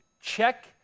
Check